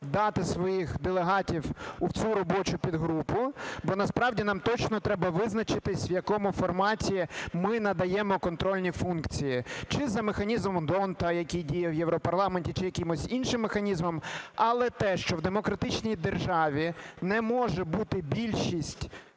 дати своїх делегатів у цю робочу підгрупу, бо насправді нам точно треба визначитись, в якому форматі ми надаємо контрольні функції: чи за механізмом д'Ондта, який діє в Європарламенті, чи якимось іншим механізмом. Але те, що в демократичній державі не може бути більшість